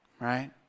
right